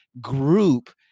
group –